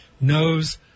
knows